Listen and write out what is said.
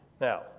Now